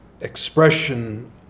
expression